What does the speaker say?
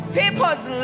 people's